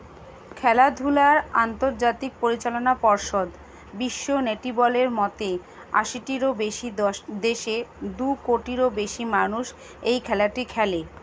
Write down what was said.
খেলাধুলার আন্তর্জাতিক পরিচালনা পর্ষদ বিশ্ব নেটিবলের মতে আশিটিরও বেশি দশ দেশে দু কোটিরও বেশি মানুষ এই খেলাটি খেলে